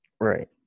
Right